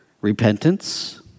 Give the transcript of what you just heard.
repentance